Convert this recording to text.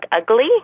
ugly